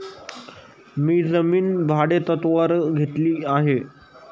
मी जमीन भाडेतत्त्वावर घेतली आहे